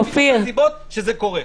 זו אחת הסיבות שזה קורה.